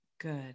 Good